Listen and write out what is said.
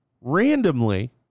Randomly